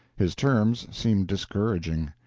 his terms seemed discouraging.